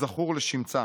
הזכור לשמצה.